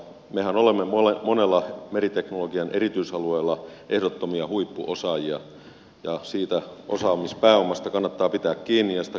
mehän olemme monella meriteknologian erityisalueella ehdottomia huippuosaajia ja siitä osaamispääomasta kannattaa pitää kiinni ja sitä kannattaa hyödyntää